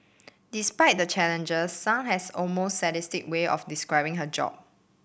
despite the challenges Sun has almost sadistic way of describing her job